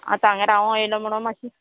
आतां हांगा रावूं येयलो म्हणोन मात्शी